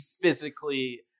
physically